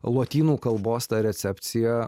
lotynų kalbos ta recepcija